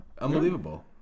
unbelievable